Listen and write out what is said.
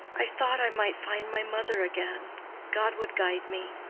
i thought i might find my mother again god would guide me.